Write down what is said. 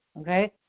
okay